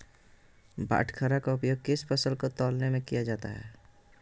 बाटखरा का उपयोग किस फसल को तौलने में किया जाता है?